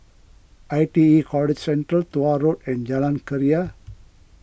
I T E College Central Tuah Road and Jalan Keria